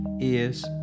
ears